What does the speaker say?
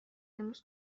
امروز